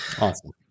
Awesome